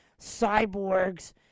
cyborgs